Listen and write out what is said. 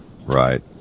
Right